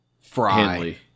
Fry